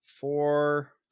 four